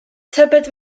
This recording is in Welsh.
tybed